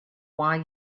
why